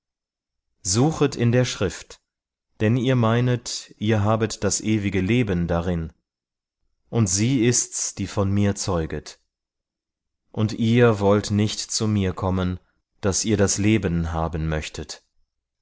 suchet in der schrift denn ihr meinet ihr habet das ewige leben darin und sie ist's die von mir zeuget und ihr wollt nicht zu mir kommen daß ihr das leben haben möchtet